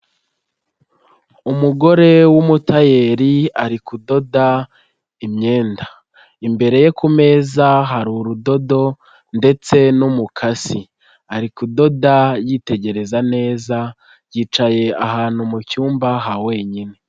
Umugore w'umutayeri ari kudoda imyenda, imbere ye ku meza hari urudodo ndetse n'umukasi, ari kudoda yitegereza neza yicaye ahantu mu cyumba ha wenyine.